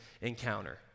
encounter